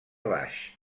baix